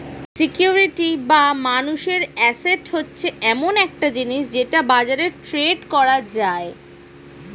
security বা মানুষের asset হচ্ছে এমন একটা জিনিস যেটা বাজারে ট্রেড করা যায়